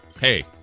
hey